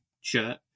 shirt